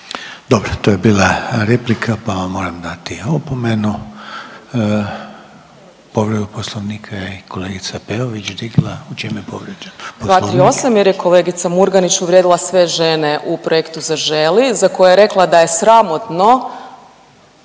Dobro, to je bila replika pa vam moram dati opomenu. Povredu Poslovnika je i kolegica Peović digla. U čemu je povrijeđen Poslovnik? **Peović, Katarina (RF)** 238. jer je kolegica Murganić uvrijedila sve žene u projektu „Zaželi“ za koji je rekla da je sramotno